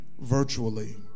virtually